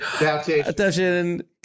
Attention